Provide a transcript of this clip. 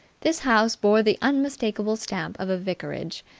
this house bore the unmistakable stamp of a vicarage.